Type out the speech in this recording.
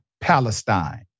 Palestine